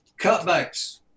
Cutbacks